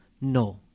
No